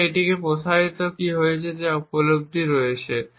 এবং একটি প্রসারিত কী রয়েছে যা উপলব্ধ রয়েছে